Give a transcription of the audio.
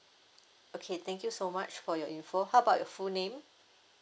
okay thank you so much for your info how about your full name